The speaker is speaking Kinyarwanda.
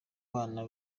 bana